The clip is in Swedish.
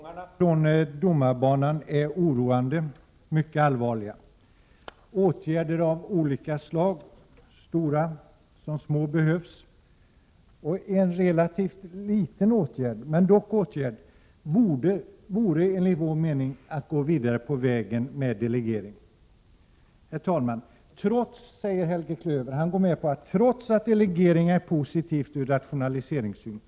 Herr talman! Avgångarna från domarbanan är oroande. De är mycket allvarliga. Åtgärder av olika slag, stora som små, behövs. En relativt liten åtgärd vore enligt vår mening att gå vidare på vägen med delegering. Herr talman! Helge Klöver går med på att delegeringen är positiv ur rationaliseringssynpunkt.